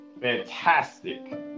fantastic